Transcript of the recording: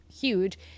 huge